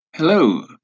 Hello